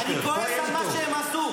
אני כועס על מה שהם עשו,